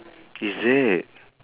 is it